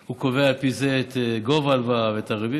קובע על פי זה את גובה ההלוואה ואת הריבית.